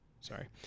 sorry